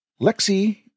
Lexi